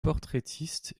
portraitiste